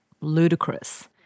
ludicrous